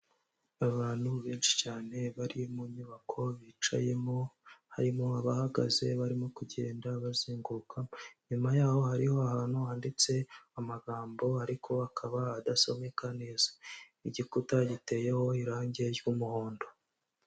Abantu benshi cyane bari mu nyubako bicayemo, harimo abahagaze barimo kugenda bazenguruka, inyuma yaho hariho ahantu handitse amagambo ariko akaba adasomeka neza. Igikuta giteyeho irangi ry'umuhondo.